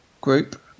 group